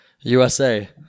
USA